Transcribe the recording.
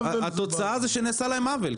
עוול זה --- התוצאה זה שנעשה להם עוול.